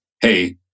hey